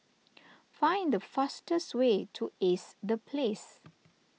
find the fastest way to Ace the Place